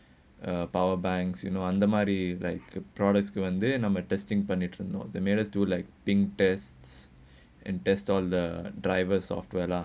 uh power banks you know அந்த மாரி:antha maari like products வந்தே நம்ம:vanthae namma testing பண்ணிகிட்டே இருந்தும்:pannikittae irunthum not the mirrors do like think tests and test on the driver software lah